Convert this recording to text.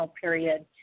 period